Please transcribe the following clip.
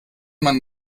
man